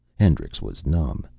hendricks was numb.